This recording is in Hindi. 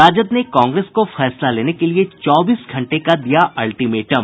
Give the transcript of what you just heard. राजद ने कांग्रेस को फैसला लेने के लिए चौबीस घंटे का दिया अल्टीमेटम